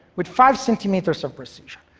with five centimeters of precision.